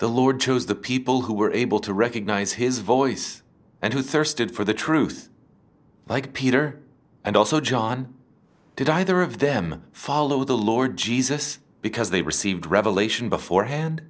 the lord chose the people who were able to recognize his voice and who thirsted for the truth like peter and also john did either of them follow the lord jesus because they received revelation beforehand